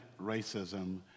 racism